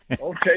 Okay